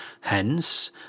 Hence